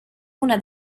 una